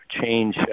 change